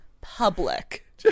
public